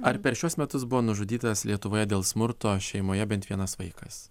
ar per šiuos metus buvo nužudytas lietuvoje dėl smurto šeimoje bent vienas vaikas